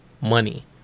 money